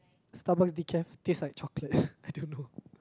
Starbucks decaf tastes like chocolate I don't know